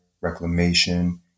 reclamation